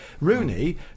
Rooney